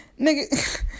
Nigga